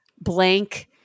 blank